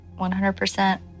100%